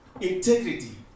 Integrity